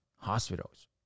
hospitals